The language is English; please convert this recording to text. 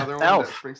Elf